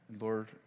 Lord